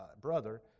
brother